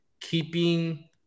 keeping